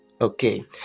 Okay